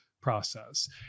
process